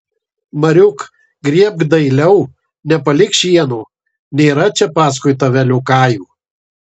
mariuk grėbk dailiau nepalik šieno nėra čia paskui tave liokajų